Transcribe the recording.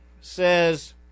says